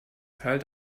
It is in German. teil